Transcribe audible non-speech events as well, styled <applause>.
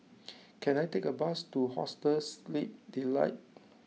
<noise> can I take a bus to Hostel Sleep Delight